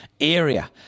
area